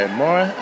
more